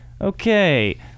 okay